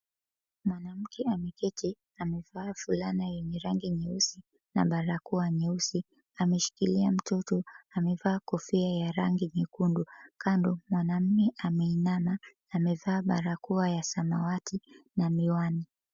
Mwanamke aliyeketi amevaa mavazi ya rangi nyeusi na barakoa nyeusi. Ameshikilia mtoto amavaa kofia ya rangi nyekundu. Kando mwanaume ameinama amevaa barakoa ya samawati na miwani.